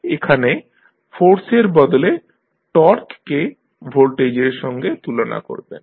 এখানে ফোর্সের বদলে টর্ককে ভোল্টেজের সঙ্গে তুলনা করবেন